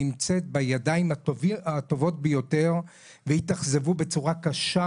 נמצאת בידיים הטובות ביותר והתאכזבו בצורה קשה